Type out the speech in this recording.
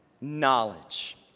knowledge